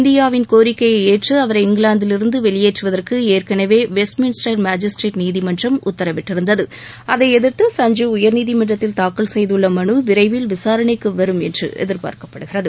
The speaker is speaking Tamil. இந்தியாவின் கோரிக்கையை ஏற்று அவரை இங்கிலாந்திலிருந்து வெளியேற்றுவதற்கு ஏற்கனவே வெஸ்ட்மின்ஸ்டர் மாஜிஸ்டிரேட் நீதிமன்றம் உத்தரவிட்டிருந்தது அதை எதிர்த்து சஞ்ஜீவ் உயர்நீதிமன்றத்தில் தாக்கல் செய்துள்ள மனு விரைவில் விசாரணைக்கு வரும் என எதிர்பார்க்கப்படுகிறது